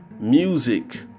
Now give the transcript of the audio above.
music